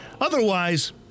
Otherwise